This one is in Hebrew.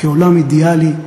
כעולם אידיאלי,